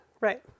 Right